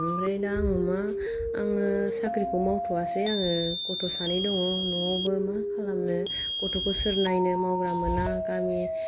ओमफ्राय दा आङो मा आङो साख्रिखौ मावथ'वासै आङो गथ' सानै दङ न'आवबो मा खालामनो गथ'खौ सोर नायनो मावग्रा मोना गामि